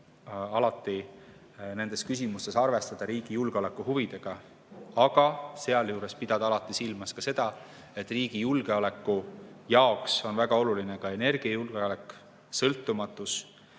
alati nendes küsimustes arvestada riigi julgeolekuhuvidega, aga sealjuures pidada alati silmas seda, et riigi julgeoleku jaoks on väga oluline ka energiajulgeolek, sõltumatus